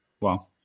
Wow